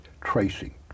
tracing